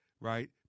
right